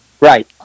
Right